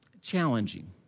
challenging